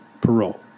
parole